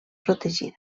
protegida